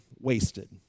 wasted